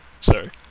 Sorry